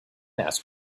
ask